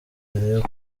mbere